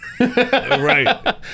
Right